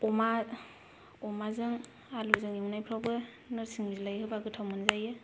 अमा अमाजों आलुजों एवनायफोरावबो नोरसिं बिलाइ होबा गोथाव मोनजायो